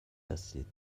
هستید